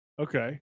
Okay